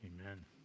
amen